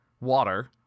water